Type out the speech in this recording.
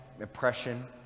oppression